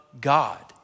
god